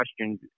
questions